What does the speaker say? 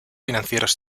financieros